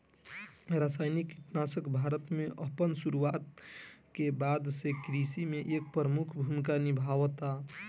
रासायनिक कीटनाशक भारत में अपन शुरुआत के बाद से कृषि में एक प्रमुख भूमिका निभावता